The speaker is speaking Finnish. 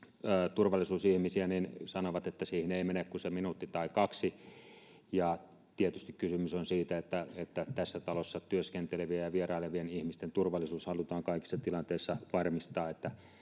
turvallisuusihmisiä niin sanoivat että siihen ei mene kuin minuutti tai kaksi tietysti kysymys on siitä että että tässä talossa työskentelevien ja vierailevien ihmisten turvallisuus halutaan kaikissa tilanteissa varmistaa